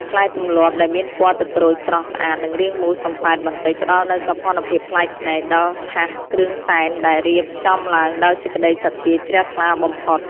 ផ្លែទម្លាប់ដែលមានពណ៌ទឹកក្រូចស្រស់ស្អាតនិងរាងមូលសំប៉ែតបន្តិចផ្តល់នូវសោភ័ណភាពប្លែកភ្នែកដល់ថាសគ្រឿងសែនដែលរៀបចំឡើងដោយសេចក្តីសទ្ធាជ្រះថ្លាបំផុត។